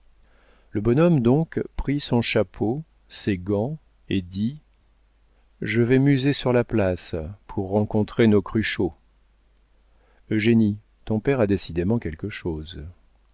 le bonhomme donc prit son chapeau ses gants et dit je vais muser sur la place pour rencontrer nos cruchot eugénie ton père a décidément quelque chose